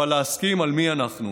אבל להסכים על מי אנחנו.